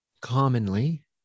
commonly